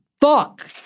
Fuck